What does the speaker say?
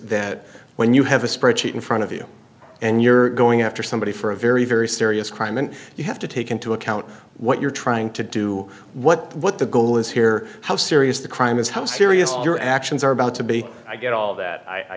that when you have a spreadsheet in front of you and you're going after somebody for a very very serious crime then you have to take into account what you're trying to do what what the goal is here how serious the crime is how serious your actions are about to be i get all that i